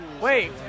Wait